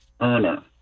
earner